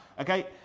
okay